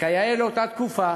וכיאה לאותה תקופה,